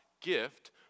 gift